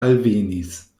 alvenis